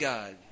God